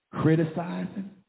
criticizing